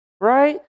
right